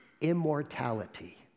immortality